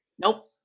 Nope